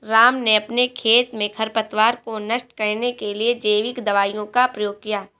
राम ने अपने खेत में खरपतवार को नष्ट करने के लिए जैविक दवाइयों का प्रयोग किया